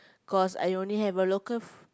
cause I only have a local